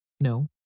No